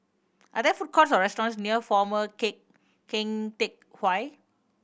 are there food courts or restaurants near Former Keng Teck Whay